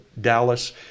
Dallas